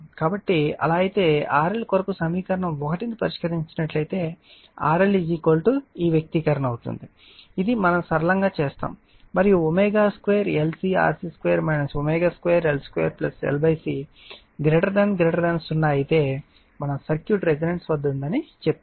కాబట్టి అలా అయితే RL కొరకు సమీకరణం 1 ను పరిష్కరించండి RL ఈ వ్యక్తీకరణ ఇది మనము సరళంగా చేస్తాము మరియు ω2LCRC2 ω2L2 LC 0 అయితే మనం సర్క్యూట్ రెసోనన్స్ వద్ద ఉంది అని చెప్తాము